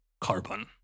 carbon